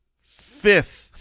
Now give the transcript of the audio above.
fifth